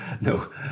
no